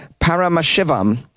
Paramashivam